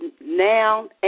now